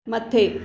मथे